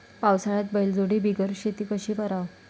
पावसाळ्यात बैलजोडी बिगर शेती कशी कराव?